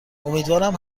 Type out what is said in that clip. امیدوارم